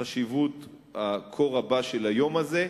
החשיבות הכה רבה של היום הזה,